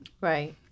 Right